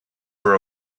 were